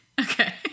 Okay